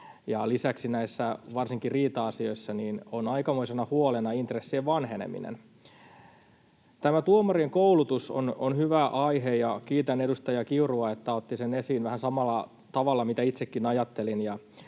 lisäksi varsinkin näissä riita-asioissa on aikamoisena huolena intressien vanheneminen. Tämä tuomarien koulutus on hyvä aihe, ja kiitän edustaja Kiurua, että hän otti sen esiin vähän samalla tavalla kuin itsekin ajattelin.